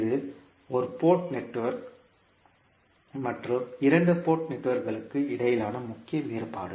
இது ஒரு port network மற்றும் இரண்டு போர்ட் நெட்வொர்க்குகளுக்கு இடையிலான முக்கிய வேறுபாடு